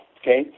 Okay